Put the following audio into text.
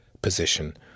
position